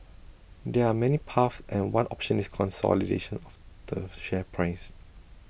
there are many paths and one option is consolidation of the share price